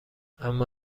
اما